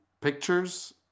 pictures